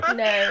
no